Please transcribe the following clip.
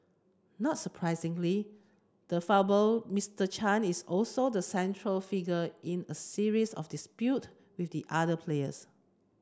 not surprisingly the affable Mister Chan is also the central figure in a series of dispute with the other players